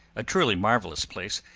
a truly marvelous place,